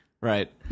right